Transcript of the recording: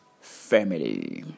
family